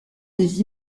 des